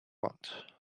want